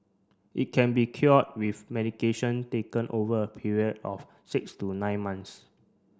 it can be cured with medication taken over a period of six to nine months